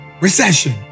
recession